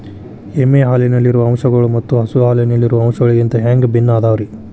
ಎಮ್ಮೆ ಹಾಲಿನಲ್ಲಿರೋ ಅಂಶಗಳು ಮತ್ತ ಹಸು ಹಾಲಿನಲ್ಲಿರೋ ಅಂಶಗಳಿಗಿಂತ ಹ್ಯಾಂಗ ಭಿನ್ನ ಅದಾವ್ರಿ?